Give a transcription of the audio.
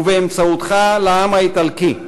ובאמצעותך, לעם האיטלקי,